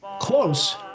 Close